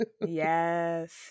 Yes